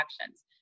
actions